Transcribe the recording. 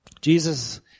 Jesus